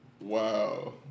Wow